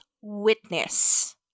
witness